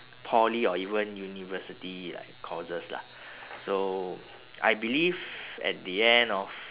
poly or even university like courses lah so I believe at the end of